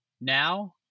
now